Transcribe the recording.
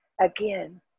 again